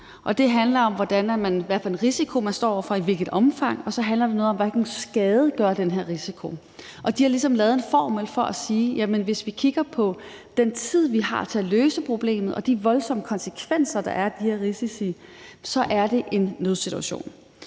Det handler om, hvad for en risiko man står over for og i hvilket omfang, og så handler det noget om, hvilken skade den her risiko kan medføre. De har ligesom lavet en formel for det, og de siger, at hvis vi kigger på den tid, vi har til at løse problemet, og de voldsomme konsekvenser, de her risici kan have, så er det en nødsituation.